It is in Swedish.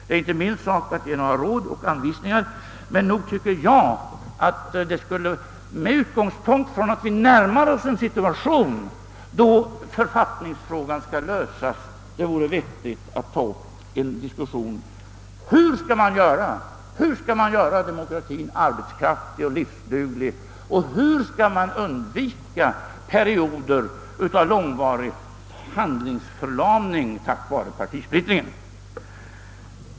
Det är inte min sak att ge några råd och anvisningar men nog tycker jag att det, med utgångspunkt från att vi närmar oss en situation då författningsfrågan skall lösas, vore vettigt att ta upp en diskussion om hur man skall göra demokratien arbetskraftig och livsduglig, och hur man skall undvika perioder av långvarig handlingsförlamning på grund av partisplittringen.